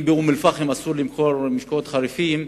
אם באום-אל-פחם אסור למכור משקאות חריפים,